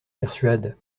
persuade